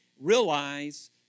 realize